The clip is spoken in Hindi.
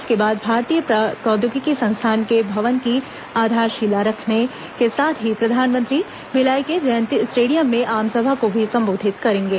इसके बाद भारतीय प्रौद्योगिकी संस्थान के भवन की आधारशिला रखने के साथ ही प्रधानमंत्री भिलाई के जयंती स्टेडियम में आमसभा को भी संबोधित करेंगे